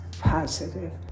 positive